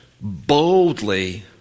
boldly